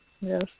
Yes